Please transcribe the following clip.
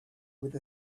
with